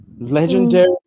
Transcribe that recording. legendary